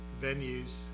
venues